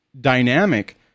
dynamic